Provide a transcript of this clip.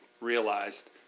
realized